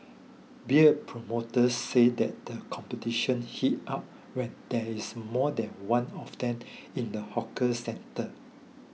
beer promoters say that the competition heat up when there is more than one of them in the hawker centre